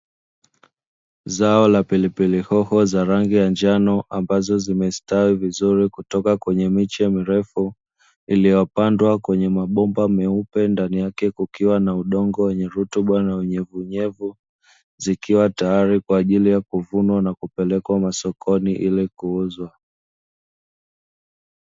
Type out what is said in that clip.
Zao la Pilipili hoho zenye rangi ya njano ambazo zimestawi vizuri kutoka kenye miche mirefu, iliyopandwa kwenye mabomba meupe ndani yake kukiwa na udongo wenye rutuba na unyevuunyevu zikiwa tayari kwa ajili ya kuvunwa na kupelekwa masokoni ili kuuzwa.